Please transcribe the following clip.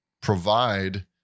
provide